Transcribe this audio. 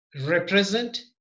represent